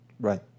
Right